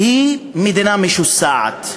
היא מדינה משוסעת,